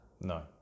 No